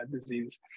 disease